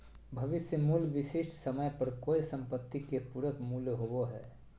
भविष्य मूल्य विशिष्ट समय पर कोय सम्पत्ति के पूरक मूल्य होबो हय